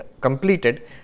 completed